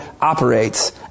operates